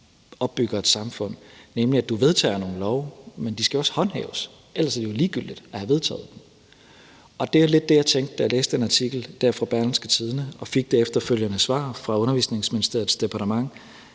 opbygger et samfund, nemlig at du vedtager nogle love, men de skal også håndhæves, ellers er det jo ligegyldigt at have vedtaget dem. Det er lidt det, jeg tænkte, da jeg læste den artikel fra Berlingske, og hvor jeg efterfølgende fik det svar fra Undervisningsministeriets departement,